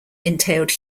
entailed